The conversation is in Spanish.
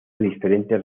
diferentes